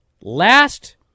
last